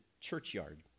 churchyard